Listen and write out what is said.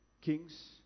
kings